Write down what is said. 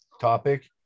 topic